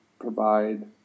provide